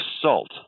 assault